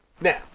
Now